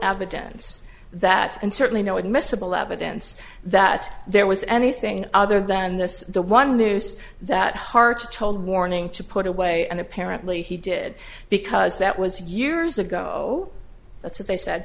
evidence that and certainly no admissible evidence that there was anything other than this the one noose that harks told warning to put away and apparently he did because that was years ago that's what they said